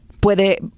puede